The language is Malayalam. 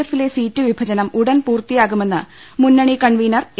എഫിലെ സീറ്റ് വിഭജനം ഉടൻ പൂർത്തിയാകു മെന്ന് മുന്നണി കൺവീനർ എ